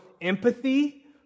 empathy